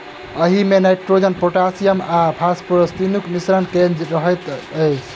एहिमे nitrogen, potassium आ phosphorus तीनूक मिश्रण कएल रहैत अछि